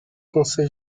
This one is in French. conseil